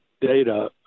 data